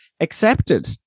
accepted